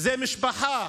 זה משפחה,